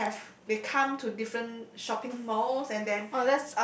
they have they come to different shopping malls and then